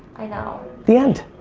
i know. the end.